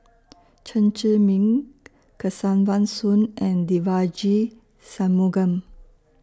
Chen Zhiming Kesavan Soon and Devagi Sanmugam